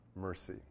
mercy